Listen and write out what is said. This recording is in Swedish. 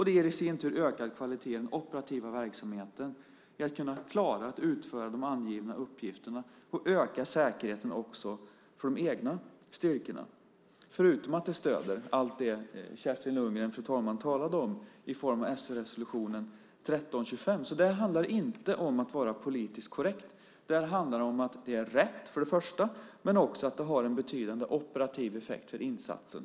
Det ger i sin tur ökad kvalitet i den operativa verksamheten när det gäller att klara att utföra de angivna uppgifterna och öka säkerheten också för de egna styrkorna. Det stöder också allt det som Kerstin Lundgren talade om, fru talman, i form av FN-resolutionen 1325. Det handlar alltså inte om att vara politiskt korrekt. Det handlar för det första om att det är rätt och för det andra om att det har en betydande operativ effekt för insatsen.